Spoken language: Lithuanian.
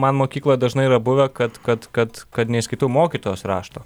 man mokykloje dažnai yra buvę kad kad kad kad neįskaitau mokytojos rašto